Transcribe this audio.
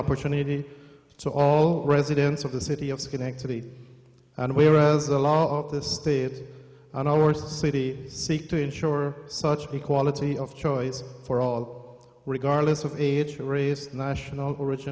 opportunity to all residents of the city of schenectady whereas the law of the state on our society seek to ensure such be quality of choice for all regardless of age race national ori